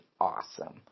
awesome